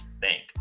Bank